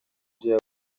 ibyo